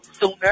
sooner